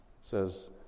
says